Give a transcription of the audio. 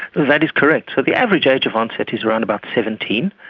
that is correct, so the average age of onset is around about seventeen,